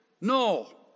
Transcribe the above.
No